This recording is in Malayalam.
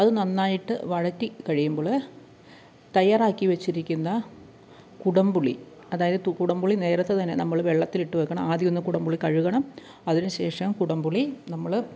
അതു നന്നായിട്ട് വഴറ്റി കഴിയുമ്പോൾ തയ്യാറാക്കി വെച്ചിരിക്കുന്ന കുടംപുളി അതായത് കുടംപുളി നേരത്തെ തന്നെ നമ്മൾ വെള്ളത്തിലിട്ടു വെക്കണം ആദ്യമൊന്ന് കുടംപുളി കഴുകണം അതിനുശേഷം കുടംപുളി നമ്മൾ